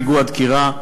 פיגוע דקירה,